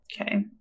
Okay